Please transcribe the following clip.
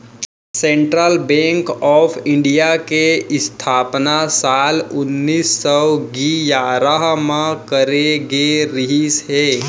central bank of India के इस्थापना साल उन्नीस सौ गियारह म करे गे रिहिस हे